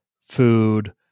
food